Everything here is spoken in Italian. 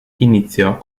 iniziò